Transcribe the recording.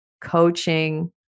coaching